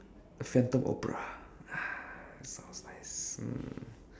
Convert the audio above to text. phantom opera sounds nice ah sounds nice mm